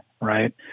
right